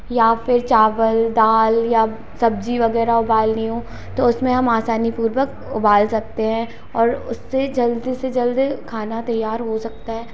या फिर चावल दाल या सब्जी वगैरह उबालनी हो तो उसमें हम आसानी पूर्वक उबाल सकते हैं और उससे जल्दी से जल्दी खाना तैयार हो सकता है